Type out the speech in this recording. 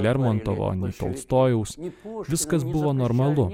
lermontovo tolstojaus viskas buvo normalu